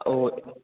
ओ